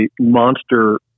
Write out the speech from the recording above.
monster